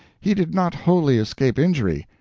he did not wholly escape injury.